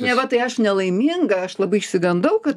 neva tai aš nelaiminga aš labai išsigandau kad